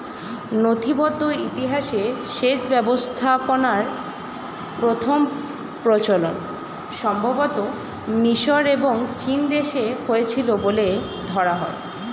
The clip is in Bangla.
নথিবদ্ধ ইতিহাসে সেচ ব্যবস্থাপনার প্রথম প্রচলন সম্ভবতঃ মিশর এবং চীনদেশে হয়েছিল বলে ধরা হয়